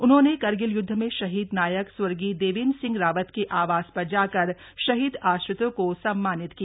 उन्होंने करगिल युद्ध में शहीद नायक स्व देवेन्द्र सिंह रावत के आवास पर जाकर शहीद आश्रितों को सम्मानित किया